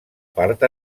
part